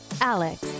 Alex